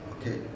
okay